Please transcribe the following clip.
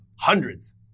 hundreds